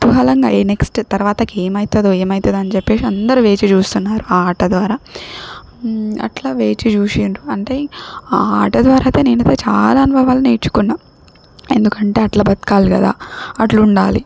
కుతూహలంగా నెక్స్ట్ తర్వాతకి ఏమైతుందో ఏమైతుందో అని చెప్పేసి అందరు వేచి చూస్తున్నారు ఆ ఆట ద్వారా అట్లా వేచి చూషిండ్రు అంటే ఆ ఆట ద్వారా అయితే నేనైతే చాలా అనుభవాలు నేర్చుకున్నా ఎందుకంటే అట్లా బతకాలి కదా అట్లుండాలి